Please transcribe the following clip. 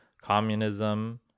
communism